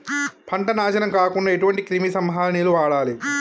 పంట నాశనం కాకుండా ఎటువంటి క్రిమి సంహారిణిలు వాడాలి?